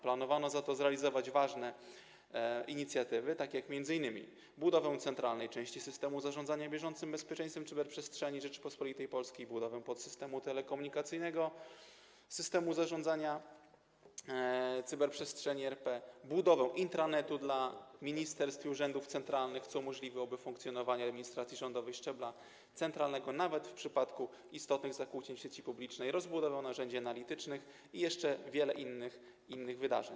Planowano za to zrealizować ważne inicjatywy, m.in. budowę centralnej części systemu zarządzania bieżącym bezpieczeństwem cyberprzestrzeni Rzeczypospolitej Polskiej, budowę podsystemu telekomunikacyjnego systemu zarządzania cyberprzestrzenią RP, budowę intranetu dla ministerstw i urzędów centralnych, co umożliwiałoby funkcjonowanie administracji rządowych szczebla centralnego nawet w przypadku istotnych zakłóceń w sieci publicznej, rozbudowę narzędzi analitycznych i jeszcze wiele innych wydarzeń.